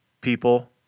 people